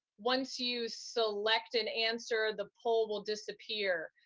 once you select an answer, the poll will disappear.